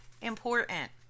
important